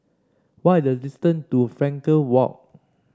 what is the distant to Frankel Walk